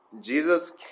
Jesus